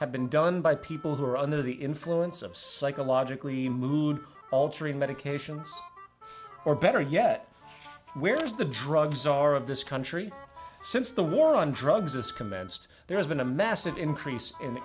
have been done by people who are under the influence of psychologically mood altering medications or better yet where's the drug czar of this country since the war on drugs is commenced there has been a massive increase in